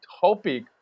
topic